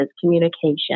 communication